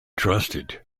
trusted